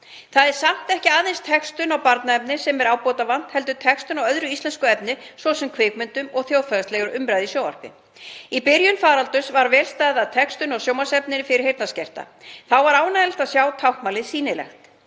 Það er samt ekki aðeins textun á barnaefni sem er ábótavant heldur textun á öðru íslensku efni, svo sem kvikmyndum og þjóðfélagslegri umræðu í sjónvarpi. Í byrjun faraldurs var vel staðið að textun á sjónvarpsefni fyrir heyrnarskerta. Þá var ánægjulegt að sjá táknmálið sýnilegt.